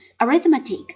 arithmetic